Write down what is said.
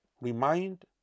Remind